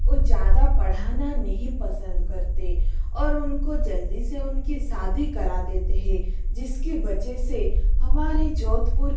वो ज़्यादा पढ़ना नहीं पसंद करते और उनको जल्दी से उनकी शादी कर देते है जिसकी वजह से हमारी जोधपुर